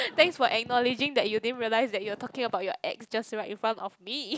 thanks for acknowledging that you didn't realise that you're talking about your ex just right in front of me